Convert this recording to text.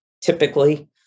typically